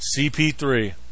CP3